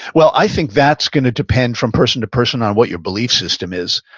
well, i think that's going to depend from person to person on what your belief system is.